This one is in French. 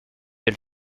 elle